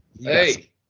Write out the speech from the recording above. Hey